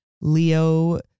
Leo